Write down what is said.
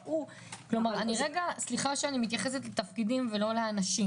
סליחה שאני מתייחסת לתפקידים ולא לאנשים